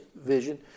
vision